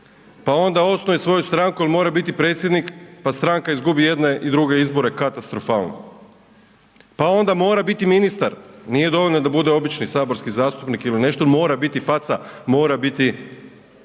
pa onda osnuje svoju stranku jer mora biti predsjednik, pa stranka izgubi jedne i druge izbore katastrofalno, pa onda mora biti ministar, nije dovoljno da bude obični saborski zastupnik ili nešto mora biti faca, mora biti